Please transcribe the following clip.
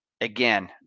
again